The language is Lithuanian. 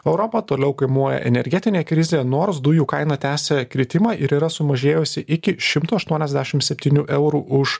europą toliau kamuoja energetinė krizė nors dujų kaina tęsia kritimą ir yra sumažėjusi iki šimto aštuoniasdešim septynių eurų už